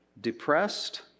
Depressed